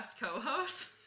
co-host